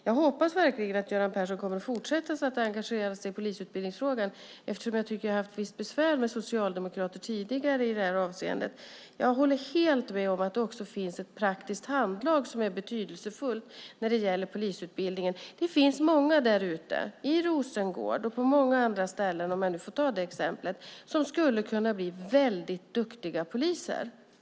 Jag hoppas verkligen att Göran Persson kommer att fortsätta engagera sig i polisutbildningsfrågan eftersom jag tycker att jag har haft visst besvär med socialdemokrater tidigare i detta avseende. Jag håller helt med om att det finns ett praktiskt handlag som är betydelsefullt när det gäller polisutbildningen. Det finns många där ute, i Rosengård, om jag nu får ta det exemplet, och på många andra ställen, som skulle kunna bli väldigt duktiga poliser.